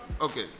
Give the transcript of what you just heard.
okay